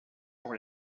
pour